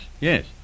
yes